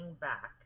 back